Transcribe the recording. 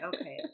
okay